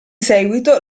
seguito